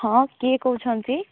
ହଁ କିଏ କହୁଛନ୍ତି